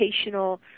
educational